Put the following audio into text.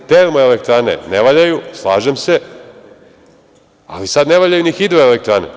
Termoelektrane ne valjaju, slažem se, a sada ne valjaju ni hidroelektrane.